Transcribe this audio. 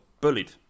bullied